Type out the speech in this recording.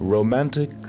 Romantic